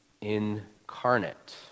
incarnate